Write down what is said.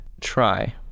try